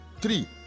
three